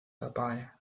dabei